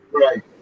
Right